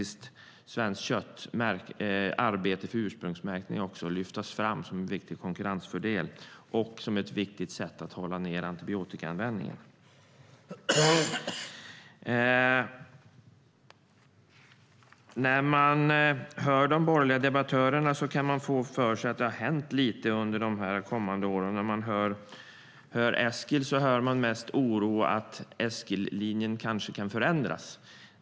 Svenskt kötts arbete för ursprungsmärkning ska här lyftas fram som en viktig konkurrensfördel och som ett viktigt sätt att hålla ned antibiotikaanvändningen. När man hör de borgerliga debattörerna kan man få för sig att det kommer att hända väldigt lite under de kommande åren. När man hör Eskil hör man mest en oro för att Eskillinjen kanske kan förändras.